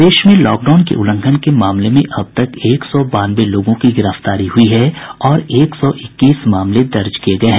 प्रदेश में लॉकडाउन के उल्लंघन के मामले में अब तक एक सौ बानवे लोगों की गिरफ्तारी हुई है और एक सौ इक्कीस मामले दर्ज किये गये हैं